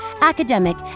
academic